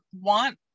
want